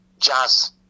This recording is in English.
jazz